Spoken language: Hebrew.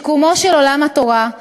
שיקומו של עולם התורה,